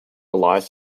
lies